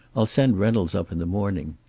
i'll send reynolds up in the morning.